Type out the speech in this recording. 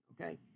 Okay